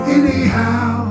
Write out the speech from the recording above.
anyhow